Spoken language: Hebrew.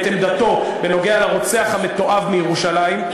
את עמדתו בנוגע לרוצח המתועב מירושלים.